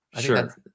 Sure